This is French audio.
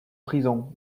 prison